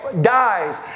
dies